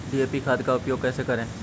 DAP खाद का उपयोग कैसे करें?